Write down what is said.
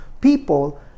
people